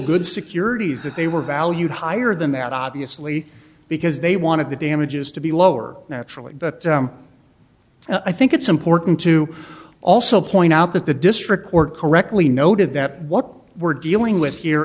good securities that they were valued higher than that obviously because they wanted the damages to be lower naturally but i think it's important to also point out that the district court correctly noted that what we're dealing with here